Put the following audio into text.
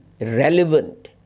relevant